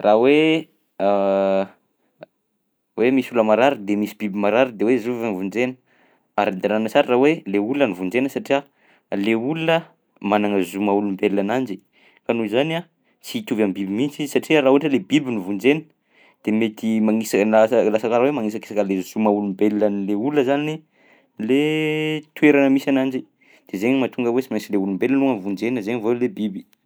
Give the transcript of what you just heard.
Raha hoe hoe misy olona marary de misy biby marary de hoe zovy no vonjena. Ara-dalàna tsara raha hoe le ologa no vonjena satria le olona no managna zo maha-olombelona ananjy ka noho izany a tsy hitovy am'biby mihitsy izy satria raha ohatra lay biby no vonjena de mety magnis- las- lasa karaha hoe magnisakisaka le zo maha-olombelona an'le olona zany le toerana misy ananjy, de zaigny mahatonga hoe sy mainsy lay olombelona aloha no vonjena zainy vao ilay biby.